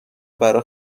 برا